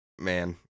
Man